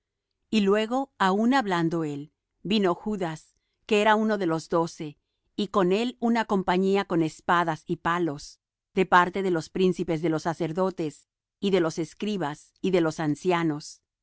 y luego aun hablando él vino judas que era uno de los doce y con él una compañía con espadas y palos de parte de los príncipes de los sacerdotes y de los escribas y de los ancianos